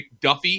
McDuffie